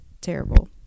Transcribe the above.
terrible